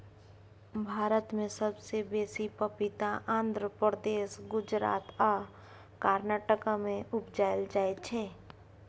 भारत मे सबसँ बेसी पपीता आंध्र प्रदेश, गुजरात आ कर्नाटक मे उपजाएल जाइ छै